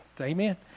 Amen